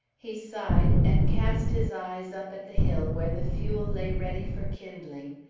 he sighed, and cast his eyes up at the hill where the fuel lay ready for kindling,